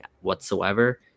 whatsoever